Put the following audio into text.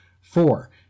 Four